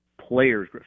players